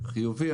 חיובי.